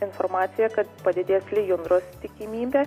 informacija kad padidės lijundros tikimybė